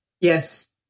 Yes